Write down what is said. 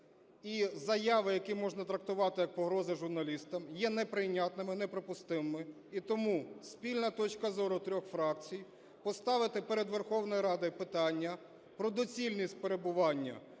і заяви, які можна трактувати як погрози журналістам є неприйнятними, неприпустимим. І тому спільна точка зору трьох фракцій поставити перед Верховною Радою питання про доцільність перебування